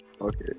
okay